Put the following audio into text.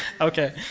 Okay